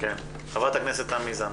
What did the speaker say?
חברת הכנסת תמר זנדברג.